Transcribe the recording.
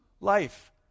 life